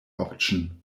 option